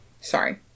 Sorry